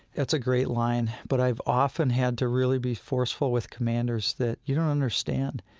it's a great line. but i've often had to really be forceful with commanders that, you don't understand.